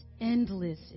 endless